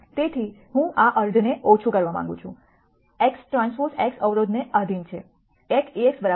તેથી હું આ અર્ધને ઓછું કરવા માંગું છું xTx અવરોધને આધીન છે A x b